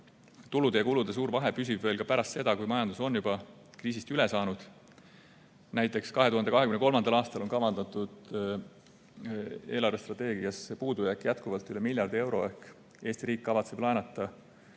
Tulude ja kulude suur vahe püsib veel ka pärast seda, kui majandus on juba kriisist üle saanud. Näiteks, 2023. aastal on kavandatud eelarvestrateegiasse puudujääk jätkuvalt üle miljardi euro. Ehk Eesti riik kavatseb laenata